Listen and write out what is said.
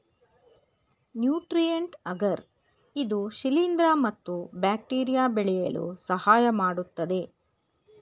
nutrient agar ಇದು ಶಿಲಿಂದ್ರ ಮತ್ತು ಬ್ಯಾಕ್ಟೀರಿಯಾ ಬೆಳೆಯಲು ಸಹಾಯಮಾಡತ್ತದೆ